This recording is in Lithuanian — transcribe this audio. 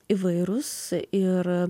įvairus ir